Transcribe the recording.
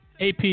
AP